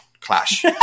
clash